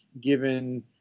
given